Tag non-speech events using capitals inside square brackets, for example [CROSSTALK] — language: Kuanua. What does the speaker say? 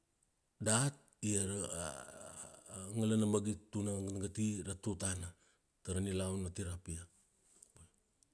Dat ia ra [HESITATION] ngalana magit tuna ngatnagti ra tutana tara nilaiun ati rapia.